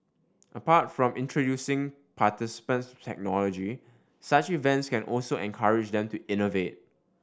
apart from introducing participants to technology such events can also encourage them to innovate